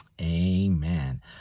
amen